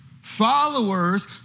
followers